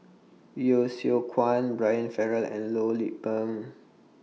Yeo Seow Kwang Brian Farrell and Loh Lik Peng